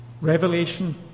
Revelation